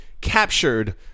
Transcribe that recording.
captured